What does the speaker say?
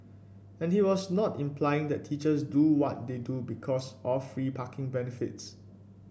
and he was also not implying that teachers do what they do because of free parking benefits